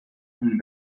von